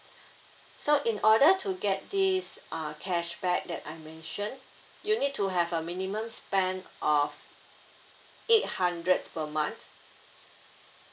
so in order to get this is uh cashback that I mention you need to have a minimum spend of eight hundred per month